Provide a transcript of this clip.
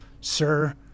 sir